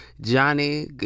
Johnny